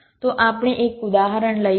તો આપણે એક ઉદાહરણ લઈશું